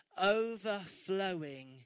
Overflowing